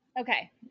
Okay